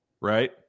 right